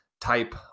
type